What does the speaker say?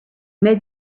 made